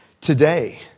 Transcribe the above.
today